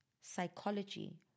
psychology